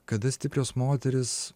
kada stiprios moterys